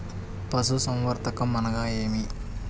పశుసంవర్ధకం అనగా ఏమి?